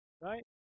right